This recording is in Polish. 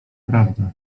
prawda